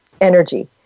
energy